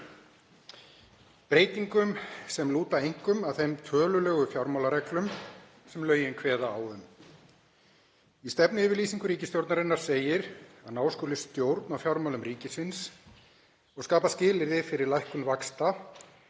breytingum sem lúta einkum að þeim tölulegu fjármálareglum sem lögin kveða á um. Í stefnuyfirlýsingu ríkisstjórnarinnar segir að ná skuli stjórn á fjármálum ríkisins og skapa skilyrði fyrir lækkun vaxta,